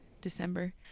December